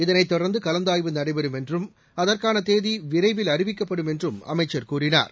இதனைத் தொடர்ந்து கலந்தாய்வு நடைபெறும் என்றும் அதற்காள தேதி விரைவில் அறிவிக்கப்படும் என்றும் அமைச்சர் கூறினார்